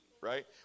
right